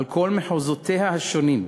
על כל מחוזותיה השונים,